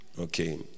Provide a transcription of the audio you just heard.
Okay